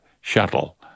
shuttle